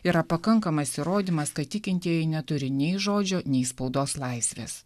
yra pakankamas įrodymas kad tikintieji neturi nei žodžio nei spaudos laisvės